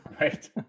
Right